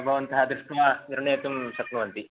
भवन्तः दृष्ट्वा निर्णेतुं शक्नुवन्ति